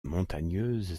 montagneuses